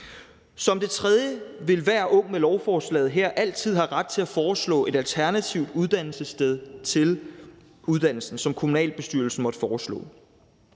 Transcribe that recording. For det tredje vil hver ung med lovforslaget her altid have ret til at foreslå et andet uddannelsessted for uddannelsen end det, som kommunalbestyrelsen måtte foreslå.